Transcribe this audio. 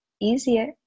easier